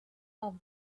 off